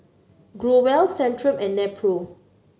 Growell Centrum and Nepro